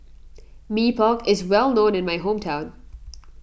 Mee Pok is well known in my hometown